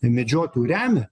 medžiotojų remia